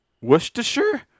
Worcestershire